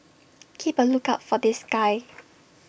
keep A lookout for this guy